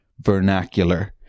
vernacular